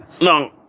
no